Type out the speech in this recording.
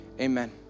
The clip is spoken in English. amen